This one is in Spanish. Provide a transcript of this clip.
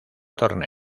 torneo